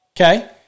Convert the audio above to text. okay